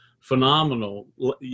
phenomenal